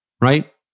right